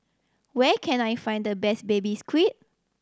where can I find the best Baby Squid